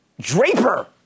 Draper